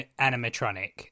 animatronic